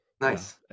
Nice